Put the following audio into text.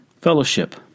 Fellowship